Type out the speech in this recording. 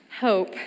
Hope